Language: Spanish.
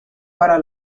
para